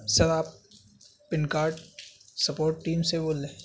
سر آپ PAN card support team سے بول رہے